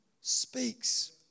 speaks